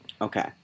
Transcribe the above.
Okay